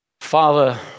Father